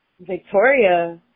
Victoria